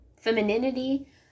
femininity